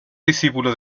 discípulo